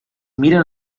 miren